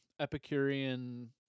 Epicurean